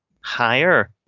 higher